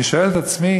אני שואל את עצמי